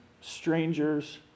strangers